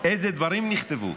איזה דברים נכתבו,